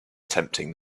attempting